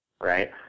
right